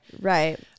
Right